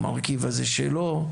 "המרכיב הזה שלו".